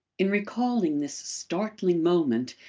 in recalling this startling moment,